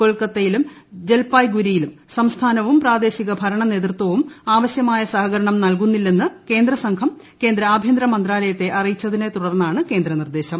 കൊൽക്കത്തയിലും ജൽപായ്ഗുരിയിലും സംസ്ഥാനവും പ്രാദേശിക ഭരണ നേതൃത്വ വും ആവശ്യമായ സഹകരണം നൽകുന്നില്ലെന്ന് കേന്ദ്ര സംഘം കേന്ദ്ര ആഭ്യന്തര മന്ത്രാലയത്തെ അറിയിച്ചതിനെ തുടർന്നാണ് കേന്ദ്ര നിർദ്ദേശം